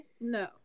no